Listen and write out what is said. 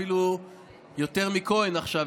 אפילו יותר מ"כהן" עכשיו,